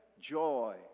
joy